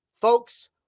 folks